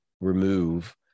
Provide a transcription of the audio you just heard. remove